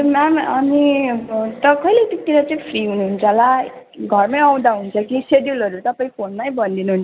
हजुर म्याम अनि त कहिलेतिर चाहिँ फ्री हुनुहुन्छ होला घरमै आउँदा हुन्छ कि सेड्युलहरू तपाईँ फोनमै भनिदिनु हुन्छ कि